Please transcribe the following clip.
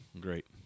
Great